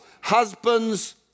Husbands